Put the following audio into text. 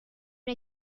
una